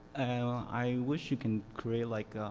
i wish you can create like a